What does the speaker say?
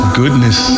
goodness